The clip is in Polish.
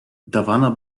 dawano